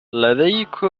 لديك